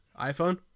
iphone